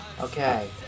Okay